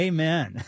Amen